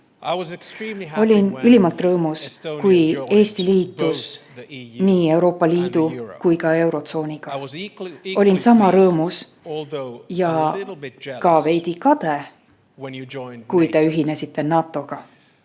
Olin ülimalt rõõmus, kui Eesti liitus nii Euroopa Liidu kui ka eurotsooniga. Olin sama rõõmus ja ka veidi kade, kui te ühinesite NATO-ga.